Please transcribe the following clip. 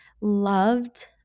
loved